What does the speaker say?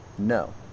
No